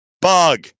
Bug